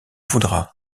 voudra